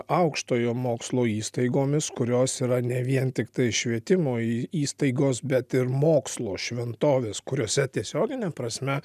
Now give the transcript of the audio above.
aukštojo mokslo įstaigomis kurios yra ne vien tiktai švietimo įstaigos bet ir mokslo šventovės kuriose tiesiogine prasme